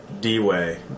D-Way